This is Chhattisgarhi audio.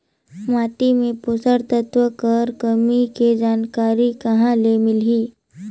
माटी मे पोषक तत्व कर कमी के जानकारी कहां ले मिलही?